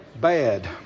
Bad